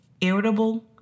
Irritable